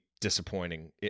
disappointing